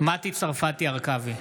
מטי צרפתי הרכבי,